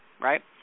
right